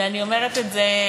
ואני אומרת את זה,